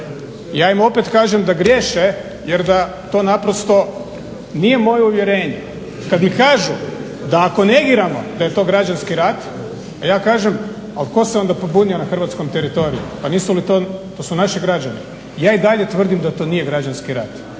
Ja im opet kažem da griješe jer da to naprosto nije moje uvjerenje. Kad mi kažu da ako negiramo da je to građanski rad, a ja kažem a tko se onda pobunio na hrvatskom teritoriju, pa nisu li to, to su naši građani. Ja i dalje tvrdim da to nije građanski rat,